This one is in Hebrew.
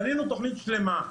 בנינו תוכנית שלמה.